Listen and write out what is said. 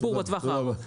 ולשיפור בטווח הארוך.